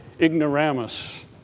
ignoramus